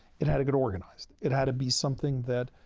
it had to get organized. it had to be something that